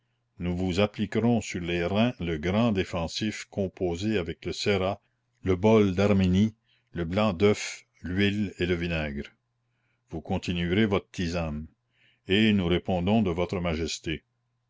nous vous appliquerons sur les reins le grand défensif composé avec le cérat le bol d'arménie le blanc d'oeuf l'huile et le vinaigre vous continuerez votre tisane et nous répondons de votre majesté